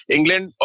England